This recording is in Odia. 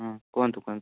ହଁ କୁହନ୍ତୁ କୁହନ୍ତୁ